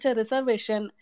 reservation